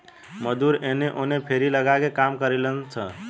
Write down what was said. मजदूर एने ओने फेरी लगा के काम करिलन सन